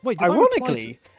ironically